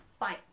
Bye